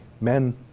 men